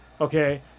Okay